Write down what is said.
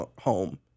home